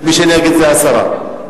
מי שנגד זה הסרה.